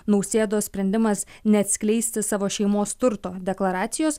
nausėdos sprendimas neatskleisti savo šeimos turto deklaracijos